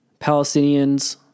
Palestinians